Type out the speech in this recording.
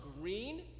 green